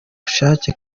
bushake